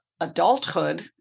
adulthood